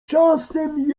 czasem